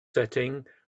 setting